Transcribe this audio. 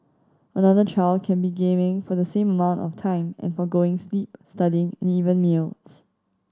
another child can be gaming for the same amount of time and forgoing sleep studying and even meals